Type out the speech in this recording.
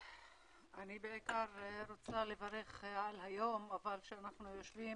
אני בעיקר רוצה לברך על היום, אבל כשאנחנו יושבים